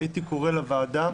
הייתי קורא לוועדה